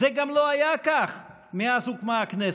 זה גם לא היה כך מאז הוקמה הכנסת.